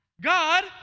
God